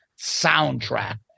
soundtrack